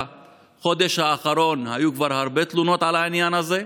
בחודש האחרון כבר היו הרבה תלונות על העניין הזה,